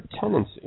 tendency